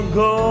go